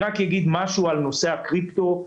אגיד משהו על נושא הקריפטו.